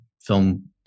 film